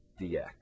dx